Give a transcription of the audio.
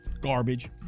Garbage